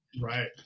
Right